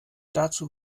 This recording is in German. dazu